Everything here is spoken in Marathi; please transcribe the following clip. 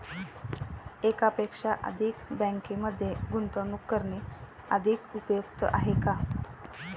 एकापेक्षा अधिक बँकांमध्ये गुंतवणूक करणे अधिक उपयुक्त आहे का?